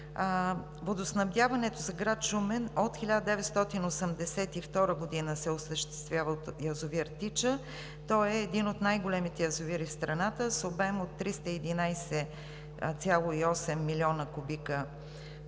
Водоснабдяването за град Шумен от 1982 г. се осъществява от язовир „Тича“. Той е един от най-големите язовири в страната с обем от 311,8 милиона кубически